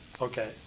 Okay